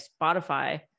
Spotify